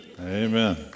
Amen